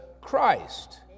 Christ